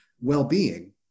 well-being